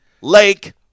lake